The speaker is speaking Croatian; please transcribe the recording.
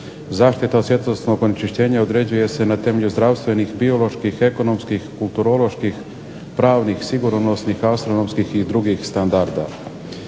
Zaštita od svjetlosnog onečišćenja određuje se na temelju zdravstvenih, bioloških, ekonomskih, kulturoloških, pravnih, sigurnosnih, astronomskih i drugih standarda.